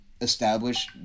establish